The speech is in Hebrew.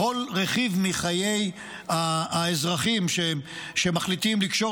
לכל רכיב מחיי האזרחים שמחליטים לקשור